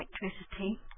electricity